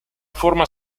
forma